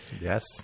Yes